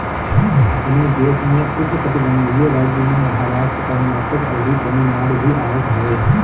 अपनी देश में उष्णकटिबंधीय राज्य में महाराष्ट्र, कर्नाटक, अउरी तमिलनाडु भी आवत हवे